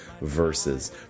verses